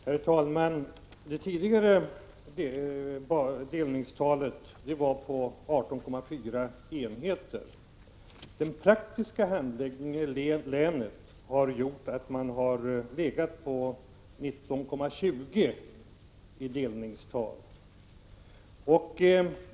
Herr talman! Det tidigare delningstalet var 18,4 enheter. Den praktiska handläggningen i länet har gjort att man har legat på 19,20 i delningstal.